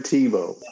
Tebow